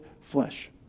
flesh